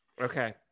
Okay